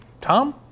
Tom